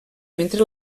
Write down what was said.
mentre